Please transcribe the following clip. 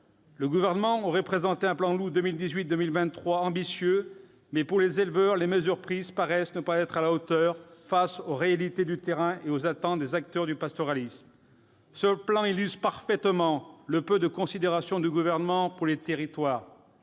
Le Gouvernement aurait présenté un plan Loup 2018-2023 ambitieux. Toutefois, pour les éleveurs, les mesures prises ne paraissent pas à la hauteur face aux réalités du terrain et aux attentes des acteurs du pastoralisme. Ce plan illustre parfaitement le peu de considération qu'a le Gouvernement pour les territoires.